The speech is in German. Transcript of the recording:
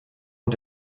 und